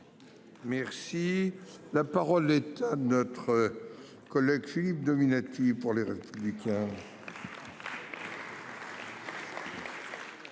Merci la parole est à notre. Collègue Philippe Dominati pour les républicains.